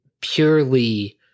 purely